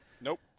Nope